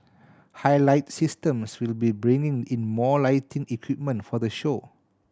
Highlight Systems will be bringing in more lighting equipment for the show